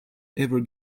ever